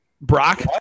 Brock